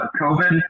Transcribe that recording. COVID